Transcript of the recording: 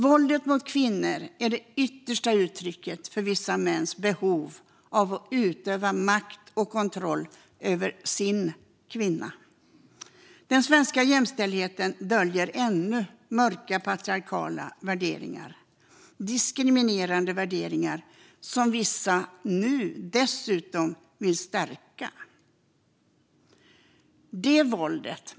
Våldet mot kvinnor är det yttersta uttrycket för vissa mäns behov av att utöva makt och kontroll över "sin" kvinna. Den svenska jämställdheten döljer ännu mörka patriarkala värderingar - diskriminerande värderingar som vissa nu dessutom vill stärka.